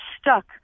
stuck